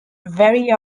very